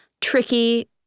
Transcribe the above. tricky